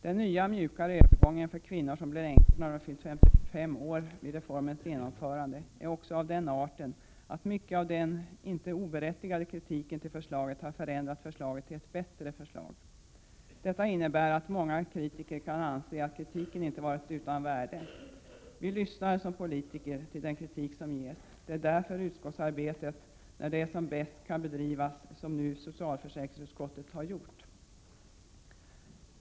Den nya mjukare övergången för kvinnor som blir änkor när de fyllt 55 år vid reformens genomförande är också av den arten att mycket av den inte oberättigade kritiken till förslaget har förändrat det till ett bättre förslag. Detta innebär att många kritiker kan anse att deras synpunkter inte har varit utan värde. Vi politiker lyssnar till den kritik som ges — det är därför som utskottsarbetet när det är som bäst kan bedrivas som socialförsäkringsutskottet nu har arbetat.